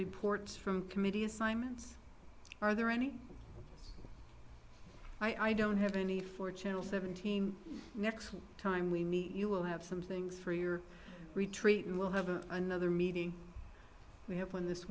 reports from committee assignments are there any i don't have any for channel seven team next time we meet you will have some things for your retreat and we'll have a another meeting we have one this